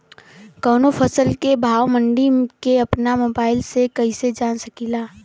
कवनो फसल के भाव मंडी के अपना मोबाइल से कइसे जान सकीला?